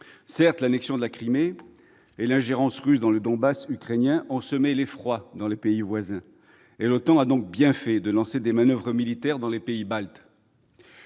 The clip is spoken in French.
Certes, l'annexion de la Crimée et l'ingérence russe dans le Donbass ukrainien ont semé l'effroi dans les pays voisins. À cet égard, l'OTAN a bien fait de lancer des manoeuvres militaires dans les pays baltes.